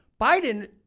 Biden